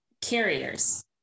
carriers